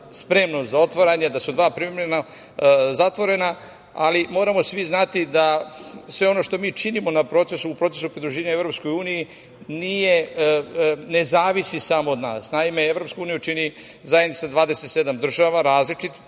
spremno za otvaranje, da su dva privremeno zatvorena, ali moramo svi znati da sve ono što mi činimo u procesu pridruživanja EU ne zavisi samo od nas. Naime, EU čini zajednica 27 država različitih